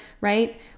right